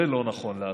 זה לא נכון לעשות.